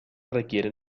requieren